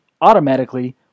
automatically